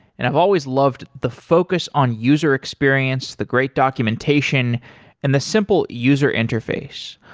and i've always loved the focus on user experience, the great documentation and the simple user interface.